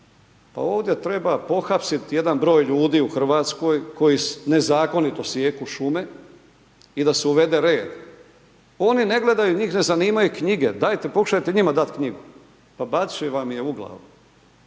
pa ovdje treba pohapsit jedan broj ljudi u Hrvatskoj koji nezakonito sijeku šume i da se uvede red. Oni ne gledaju, njih ne zanimaju knjige, dajte pokušajte njima dat knjigu, pa bacit će vam je u glavu.